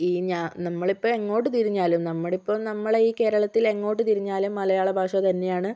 ഈ ഞാ നമ്മളിപ്പോൾ എങ്ങോട്ട് തിരിഞ്ഞാലും നമ്മളിപ്പം നമ്മളെ ഈ കേരളത്തിൽ എങ്ങോട്ട് തിരിഞ്ഞാലും ഈ മലയാള ഭാഷ തന്നെയാണ്